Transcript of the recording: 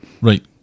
Right